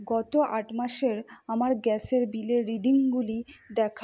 গত আট মাসের আমার গ্যাসের বিলের রিডিংগুলি দেখাও